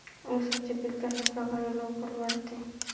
उसाचे पीक कशाप्रकारे लवकर वाढते?